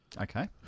Okay